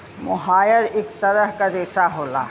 मोहायर इक तरह क रेशा होला